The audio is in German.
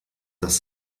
das